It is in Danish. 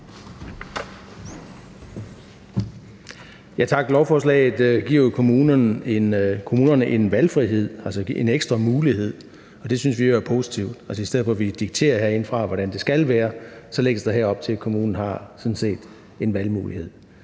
Tak. Lovforslaget giver jo kommunerne en valgfrihed, altså en ekstra mulighed, og det synes vi er positivt. I stedet for at vi herindefra dikterer, hvordan det skal være, så lægges der her op til, at kommunerne sådan set har en valgmulighed.